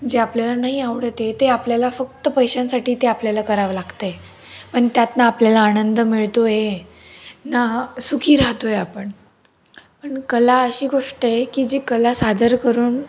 जे आपल्याला नाही आवडत आहे ते आपल्याला फक्त पैशांसाठी ते आपल्याला करावं लागतं आहे पण त्यात ना आपल्याला आनंद मिळतो आहे ना सुखी राहतो आहे आपण पण कला अशी गोष्ट आहे की जी कला सादर करून